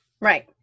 Right